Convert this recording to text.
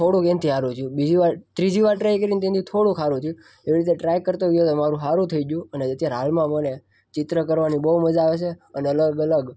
થોડુંક એનાથી સારું થયું બીજી વાર ત્રીજી વાર ટ્રાય કરીને તે એની થોડુંક સારું થયું એવી રીતે ટ્રાય કરતો રહ્યો એમાં મારું સારું થઈ ગયું અને અત્યારે હાલમાં મારે ચિત્ર કરવાની બહું મજા આવે છે અને અલગ અલગ